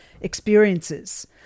experiences